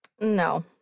No